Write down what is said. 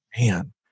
man